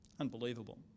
Unbelievable